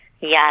yes